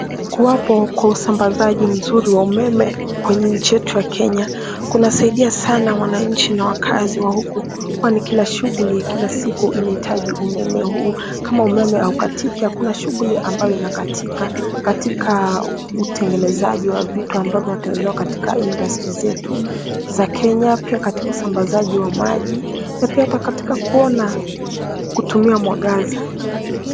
Kuwapo kwa usambazaji mzuri wa umeme kwenye nchi yetu ya Kenya kunasaidia sana wananchi na wakazi wa huku kwani kila shughuli ya kila siku inahitaji umeme huu kama umeme haukatiki hakuna shughuli ambayo inakatika katika utengenezaji wa vitu ambavyo inatengenezewa katika industries zetu za Kenya pia katika usambazaji wa maji na pia katika kuona kutumia mwangaza.